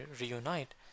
reunite